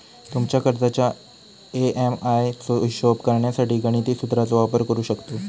तुमच्या कर्जाच्या ए.एम.आय चो हिशोब करण्यासाठी गणिती सुत्राचो वापर करू शकतव